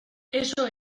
eso